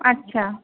আচ্ছা